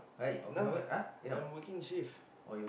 no lah I'm working shift